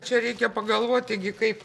čia reikia pagalvoti gi kaip